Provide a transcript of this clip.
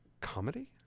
Comedy